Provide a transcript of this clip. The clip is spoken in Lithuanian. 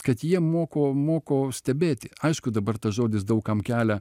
kad jie moko moko stebėti aišku dabar tas žodis daug kam kelia